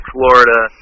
Florida